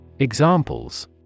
Examples